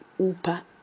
upa